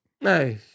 Nice